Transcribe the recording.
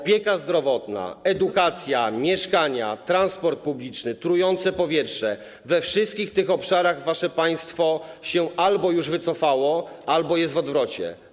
Opieka zdrowotna, edukacja, mieszkania, transport publiczny, trujące powietrze - we wszystkich tych obszarach wasze państwo się albo już wycofało, albo jest w odwrocie.